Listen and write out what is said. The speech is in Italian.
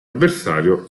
avversario